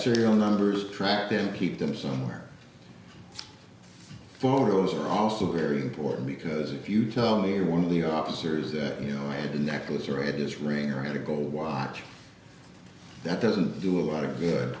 serial numbers track then keep them somewhere photos are also very important because if you tell me one of the officers that you know i had a necklace or it is ring or i had a gold watch that doesn't do a lot of good